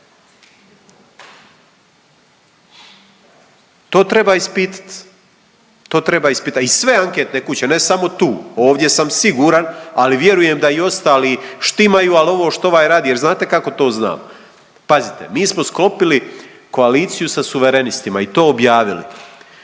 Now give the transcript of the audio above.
to treba ispitati. I sve anketne kuće ne samo tu, ovdje sam siguran, ali vjerujem da i ostali štimaju, ali ovo što ovaj radi jer znate kako to znam. Pazite mi smo sklopili koaliciju sa suverenistima i to objavili